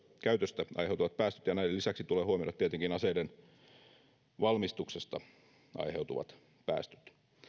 käytöstä aiheutuvat päästöt ja näiden lisäksi tulee huomioida tietenkin aseiden valmistuksesta aiheutuvat päästöt